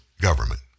government